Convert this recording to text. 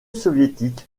soviétique